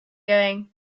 going